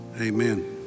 Amen